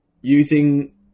using